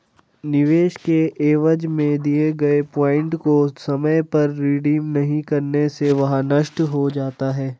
निवेश के एवज में दिए गए पॉइंट को समय पर रिडीम नहीं करने से वह नष्ट हो जाता है